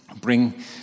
bring